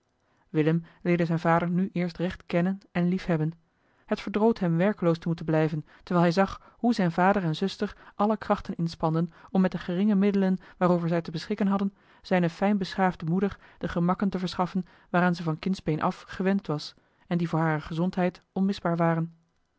willem leerde zijn vader nu eerst recht kennen en liefhebben het verdroot hem werkeloos te moeten blijven terwijl hij zag hoe zijn vader en zuster alle krachten inspanden om met de geringe middelen waarover zij te beschikken hadden zijne fijnbeschaafde moeder de gemakken te verschaffen waaraan ze van kindsbeen af gewend was en die voor hare gezondheid onmisbaar waren